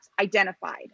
identified